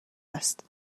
است